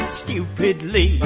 stupidly